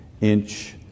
inch